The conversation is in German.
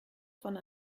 von